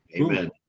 Amen